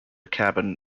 cabin